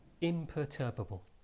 imperturbable